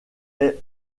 est